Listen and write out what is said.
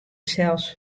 sels